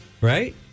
right